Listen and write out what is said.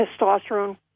testosterone